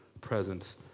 presence